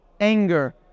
anger